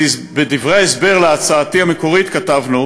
בדברי ההסבר להצעתי המקורית כתבנו